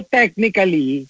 technically